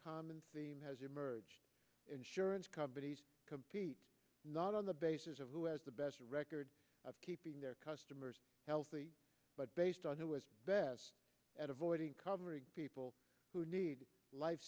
common theme has emerged insurance companies compete not on the basis of who has the best record of keeping their customers healthy but based on who is best at avoiding covering people who need